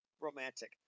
romantic